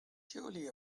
surely